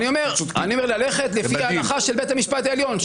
אני אומר שצריך ללכת לפי ההלכה של בית המשפט העליון.